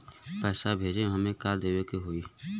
पैसा भेजे में हमे का का देवे के होई?